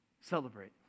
Celebrate